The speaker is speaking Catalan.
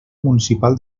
municipal